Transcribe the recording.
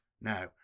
Now